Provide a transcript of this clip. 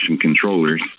controllers